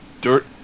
dirt